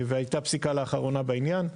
והייתה פסיקה לאחרונה בעניין.